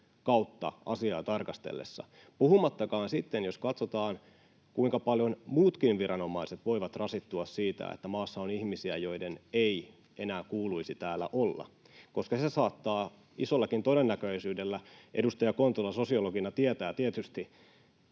kautta asiaa tarkasteltaessa, puhumattakaan sitten, jos katsotaan, kuinka paljon muutkin viranomaiset voivat rasittua siitä, että maassa on ihmisiä, joiden ei enää kuuluisi täällä olla, koska isollakin todennäköisyydellä — edustaja Kontula sosiologina tietää tietysti